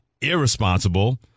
irresponsible